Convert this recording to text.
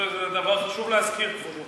זה דבר חשוב להזכיר, כבודו.